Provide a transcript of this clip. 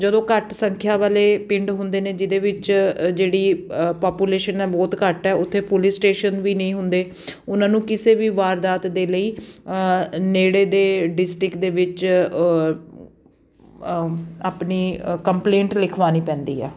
ਜਦੋਂ ਘੱਟ ਸੰਖਿਆ ਵਾਲੇ ਪਿੰਡ ਹੁੰਦੇ ਨੇ ਜਿਹਦੇ ਵਿੱਚ ਜਿਹੜੀ ਪਾਪੂਲੇਸ਼ਨ ਹੈ ਬਹੁਤ ਘੱਟ ਹੈ ਉੱਥੇ ਪੁਲਿਸ ਸਟੇਸ਼ਨ ਵੀ ਨਹੀਂ ਹੁੰਦੇ ਉਹਨਾਂ ਨੂੰ ਕਿਸੇ ਵੀ ਵਾਰਦਾਤ ਦੇ ਲਈ ਨੇੜੇ ਦੇ ਡਿਸਟ੍ਰਿਕ ਦੇ ਵਿੱਚ ਆਪਣੀ ਅ ਕੰਪਲੇਂਟ ਲਿਖਵਾਉਣੀ ਪੈਂਦੀ ਆ